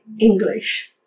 English